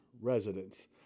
residents